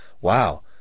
wow